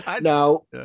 Now